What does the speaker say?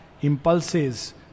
impulses